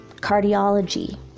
cardiology